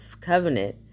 covenant